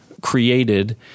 created